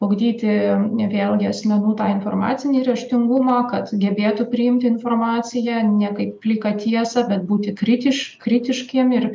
ugdyti vėlgi asmenų tą informacinį raštingumą kad gebėtų priimti informaciją ne kaip pliką tiesą bet būti kritiški kritiškiem ir